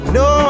no